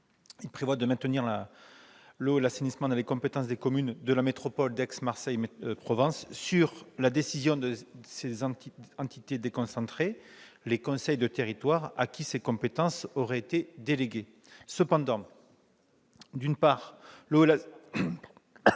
objet est de maintenir l'eau et l'assainissement dans les compétences des communes de la métropole d'Aix-Marseille Provence sur la décision de ses entités déconcentrées, les conseils de territoire, à qui ces compétences auraient été déléguées. Néanmoins, d'une part, l'eau et l'assainissement